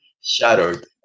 Shattered